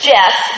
Jess